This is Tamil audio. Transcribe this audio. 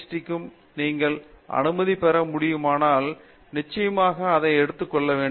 டி க்கு நீங்கள் அனுமதி பெற முடியுமானால் நிச்சயமாக அதை எடுத்துக் கொள்ள வேண்டும்